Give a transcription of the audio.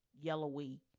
yellowy